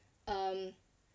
um